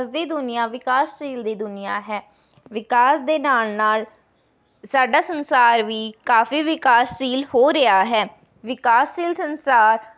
ਅੱਜ ਦੀ ਦੁਨੀਆਂ ਵਿਕਾਸਸ਼ੀਲ ਦੀ ਦੁਨੀਆਂ ਹੈ ਵਿਕਾਸ ਦੇ ਨਾਲ ਨਾਲ ਸਾਡਾ ਸੰਸਾਰ ਵੀ ਕਾਫ਼ੀ ਵਿਕਾਸਸ਼ੀਲ ਹੋ ਰਿਹਾ ਹੈ ਵਿਕਾਸਸ਼ੀਲ ਸੰਸਾਰ